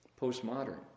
postmodern